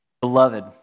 Beloved